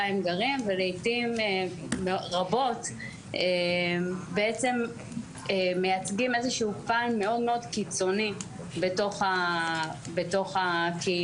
הם גרים ולעיתים רבות בעצם מייצגים איזשהו פן מאוד קיצוני בתוך הקהילה.